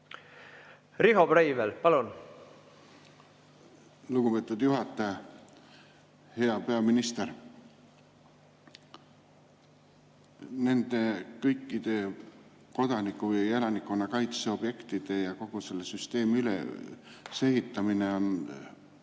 Riho Breivel, palun! Lugupeetud juhataja! Hea peaminister! Kõikide kodaniku‑ või elanikkonnakaitse objektide ja kogu selle süsteemi ülesehitamine on